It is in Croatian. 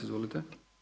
Izvolite.